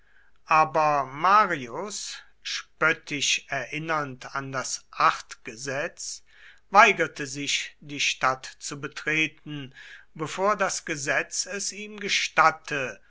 aber marius spöttisch erinnernd an das achtgesetz weigerte sich die stadt zu betreten bevor das gesetz es ihm gestatte